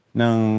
ng